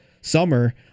summer